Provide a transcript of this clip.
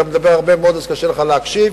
אתה מדבר הרבה מאוד אז קשה לך להקשיב,